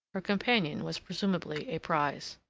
her companion was presumably a prize.